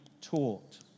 taught